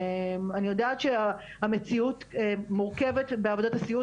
אני יודעת שהמציאות מאוד מורכבת בתחום עבודות הסיעוד